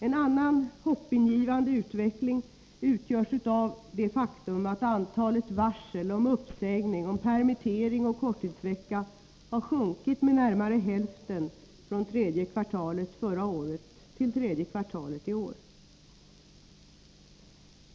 En annan hoppingivande utveckling utgörs av det faktum att antalet varsel om uppsägning, permittering och korttidsvecka har sjunkit med närmare hälften från tredje kvartalet förra året till tredje kvartalet i år.